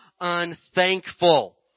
unthankful